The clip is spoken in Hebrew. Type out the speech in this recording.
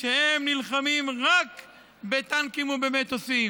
הוא שהם נלחמים רק בטנקים ובמטוסים,